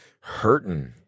hurting